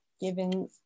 given